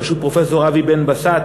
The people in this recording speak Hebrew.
בראשות פרופסור אבי בן-בסט,